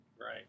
Right